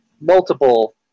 multiple